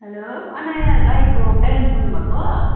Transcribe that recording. hello Anaya राईको parents बोल्नु भएको